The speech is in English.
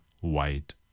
white